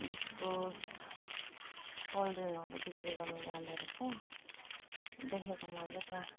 biscuit cold ड्रिङ्कहरू बिक्री गर्नु जाँदोरहेछ देखेको मैले त्यहाँ